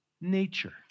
nature